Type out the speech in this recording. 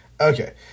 okay